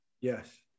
Yes